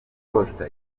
costa